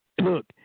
Look